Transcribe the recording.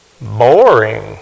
boring